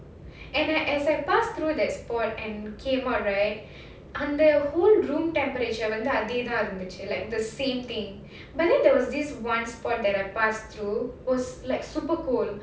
and I as I passed through that spot and came out right அந்த:andha whole room temperature வந்து அதே தா இருந்துச்சு:vandhu adhe dha irundhuchu like the same thing but then there was this one spot that I passed through was like super cold